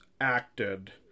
acted